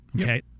Okay